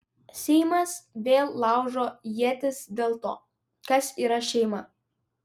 seimas vėl laužo ietis dėl to kas yra šeima